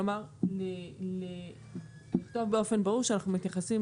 כלומר לכתוב באופן ברור שאנחנו מתייחסים